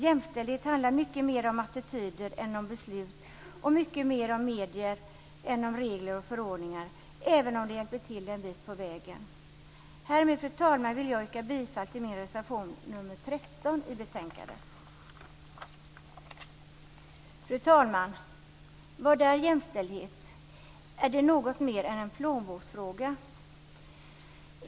Jämställdhet handlar mycket mer om attityder än om beslut och mycket mer om medier än om regler och förordningar, även om det också är till hjälp en bit på vägen. Härmed, fru talman, vill jag yrka bifall till min reservation, reservation nr 13, i betänkandet. Fru talman! Vad är jämställdhet? Är det något mer än en plånboksfråga?